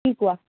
কি কোৱা